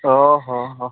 ᱚᱼᱦᱚᱼᱦᱚ